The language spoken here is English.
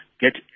get